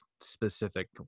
specific